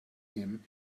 him